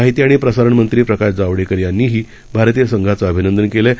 माहितीआणिप्रसारणमंत्रीप्रकाशजावडेकरयांनीहीभारतीयसंघाचंअभिनंदनकेलंआहे